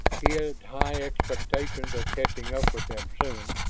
he had high expectations of catching up with them soon,